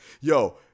Yo